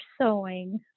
sewing